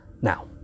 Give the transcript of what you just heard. Now